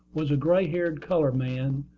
was a gray-haired colored man,